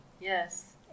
Yes